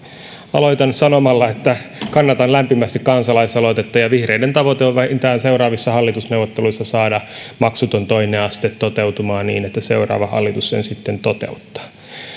aloitan sanomalla että kannatan lämpimästi kansalaisaloitetta vihreiden tavoite on vähintään seuraavissa hallitusneuvotteluissa saada maksuton toinen aste toteutumaan niin että seuraava hallitus sen sitten toteuttaa